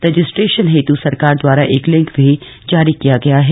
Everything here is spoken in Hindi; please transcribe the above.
रजिस्ट्रेशन हेतु सरकार द्वारा एक लिंक भी जारी किया गया है